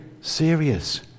serious